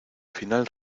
final